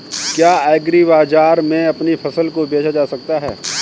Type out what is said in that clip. क्या एग्रीबाजार में अपनी फसल को बेचा जा सकता है?